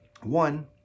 One